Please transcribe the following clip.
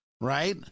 right